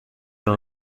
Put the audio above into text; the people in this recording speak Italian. non